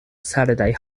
satellite